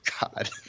God